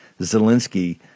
Zelensky